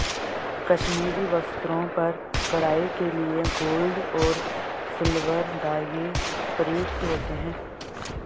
कश्मीरी वस्त्रों पर कढ़ाई के लिए गोल्ड और सिल्वर धागे प्रयुक्त होते हैं